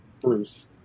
Bruce